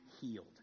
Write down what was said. healed